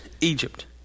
Egypt